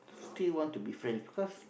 still want to be friend because